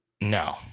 No